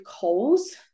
calls